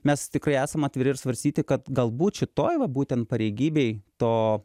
mes tikrai esam atviri ir svarstyti kad galbūt šitoj va būtent pareigybėj to